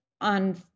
on